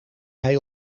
hij